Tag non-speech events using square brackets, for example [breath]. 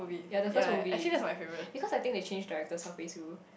ya the first movie [breath] because I think they changed directors halfway through